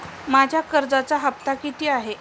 माझा कर्जाचा हफ्ता किती आहे?